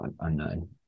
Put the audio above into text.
unknown